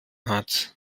hat